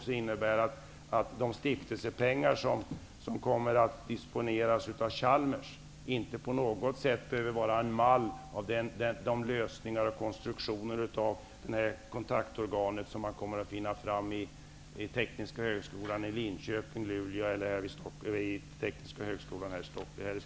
Det innebär i sin tur att det sätt som Chalmers disponerar sina stiftelsepengar på inte behöver vara en mall för de lösningar och konstruktioner i fråga om kontaktorgan som man kommer fram till vid Tekniska högskolan i Linköping, i Luleå eller i